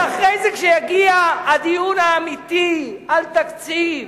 אבל אחרי זה, כשיגיע הדיון האמיתי על תקציב,